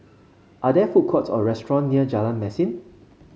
are there food courts or restaurant near Jalan Mesin